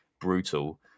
brutal